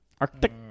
Arctic